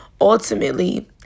ultimately